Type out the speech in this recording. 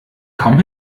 kaum